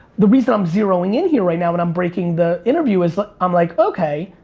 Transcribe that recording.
the reason i'm zeroing in here right now, and i'm breaking the interview, is i'm like, okay.